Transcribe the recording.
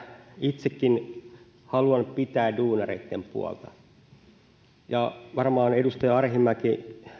itsekin haluan pitää duunareitten puolta varmaan edustaja arhinmäki